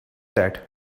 that